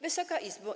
Wysoka Izbo!